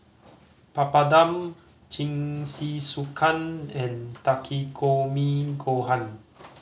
Papadum Jingisukan and Takikomi Gohan